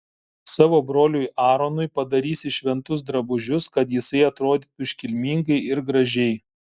savo broliui aaronui padarysi šventus drabužius kad jis atrodytų iškilmingai ir gražiai